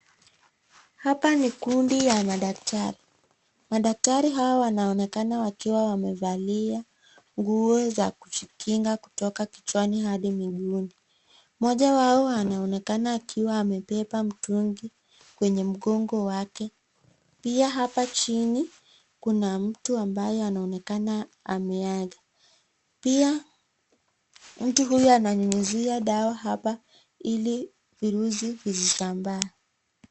Hapa ni kundi ya madaktari , madaktari hawa wanaonekana wakiwa wamevalia nguo za kujikinga kutoka kichwani hadi miguuni. Moja wao anaonekana akiwa amebeba mtungi kwenye mgongo wake, pia hapa chini kuna mtu ambaye anaonekana ameaga. Pia mtu huyo ananyunyuzia sawa hapa ili viruzi vizisambae.